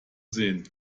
sehen